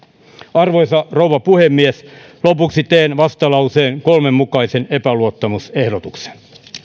arvoisa rouva puhemies lopuksi teen vastalauseen kolmen mukaisen epäluottamusehdotuksen